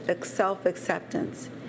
self-acceptance